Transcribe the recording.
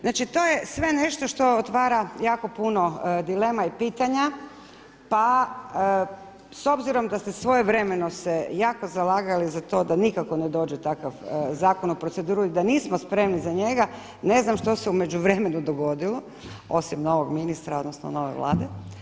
Znači, to je sve nešto što otvara jako puno dilema i pitanja pa s obzirom da ste svojevremeno se jako zalagali za to da nikako ne dođe takav zakon u proceduru i da nismo spremni za njega, ne znam što se u međuvremenu dogodilo osim novog ministra odnosno nove Vlade.